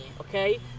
okay